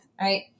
right